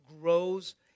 grows